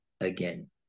again